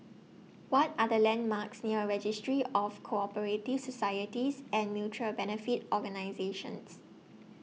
What Are The landmarks near Registry of Co Operative Societies and Mutual Benefit Organisations